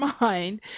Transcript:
mind